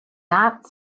not